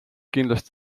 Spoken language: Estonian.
kindlasti